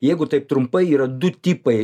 jeigu taip trumpai yra du tipai